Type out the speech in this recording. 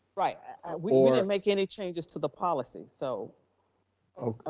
right, we didn't make any changes to the policy. so i